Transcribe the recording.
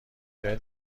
جای